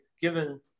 given